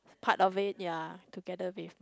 part of it ya together with